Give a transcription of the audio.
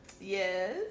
Yes